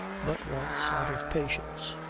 but once, out of patience,